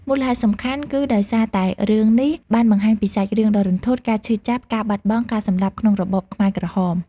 មូលហេតុសំខាន់គឺដោយសារតែរឿងនេះបានបង្ហាញពីសាច់រឿងដ៏រន្ធត់ ការឈឺចាប់ ការបាត់បង់ ការសម្លាប់ក្នុងរបបខ្មែរក្រហម។